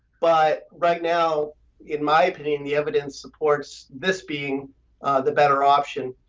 but right now in my opinion the evidence supports this being the better option.